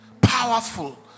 powerful